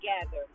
together